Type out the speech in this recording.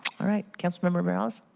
all right. councilmember morales.